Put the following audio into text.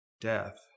death